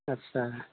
आस्सा